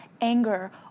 anger